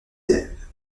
élèves